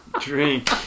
drink